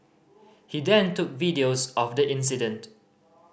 he then took videos of the incident